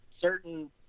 certain